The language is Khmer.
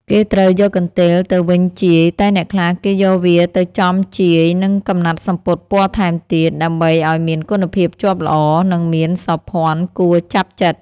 គេត្រូវយកកន្ទេលទៅវេចជាយ តែអ្នកខ្លះគេយកវាទៅចំជាយនឹងកំណាត់សំពត់ពណ៌ថែមទៀត ដើម្បីអោយមានគុណភាពជាប់ល្អ និងមានសោភ័ណគួរចាប់ចិត្ត ។